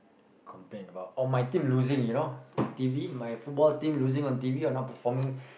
complain about oh my team losing you know on t_v my football team losing on t_v or not performing